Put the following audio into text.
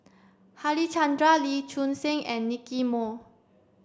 Harichandra Lee Choon Seng and Nicky Moey